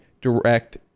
direct